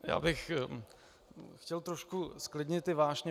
Já bych chtěl trošku zklidnit ty vášně.